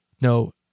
no